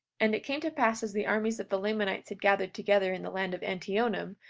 and it came to pass as the armies of the lamanites had gathered together in the land of antionum,